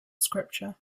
scripture